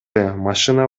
машина